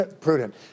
prudent